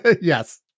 Yes